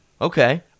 Okay